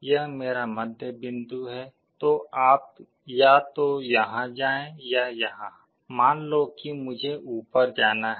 यह मेरा मध्य बिंदु है तो आप या तो यहां जाएं या यहां मान लो कि मुझे ऊपर जाना है